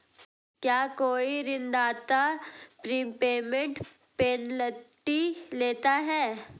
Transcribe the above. क्या कोई ऋणदाता प्रीपेमेंट पेनल्टी लेता है?